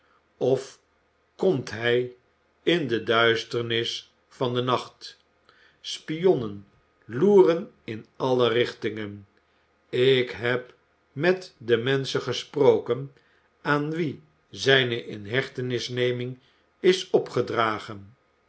of komt hij in de duisternis van den nacht spionnen loeren in alle richtingen ik heb met de menschen gesproken aan wie zijne inhechtenisneming is opgedragen